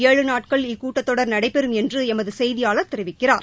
ஏழு நாட்கள் இக்கூட்டத்தொடர் நடைபெறும் என்று எமது செய்தியாளர் தெரிவிக்கிறார்